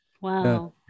wow